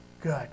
good